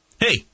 Hey